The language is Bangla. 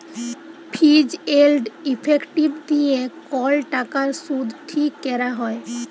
ফিজ এল্ড ইফেক্টিভ দিঁয়ে কল টাকার সুদ ঠিক ক্যরা হ্যয়